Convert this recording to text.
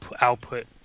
output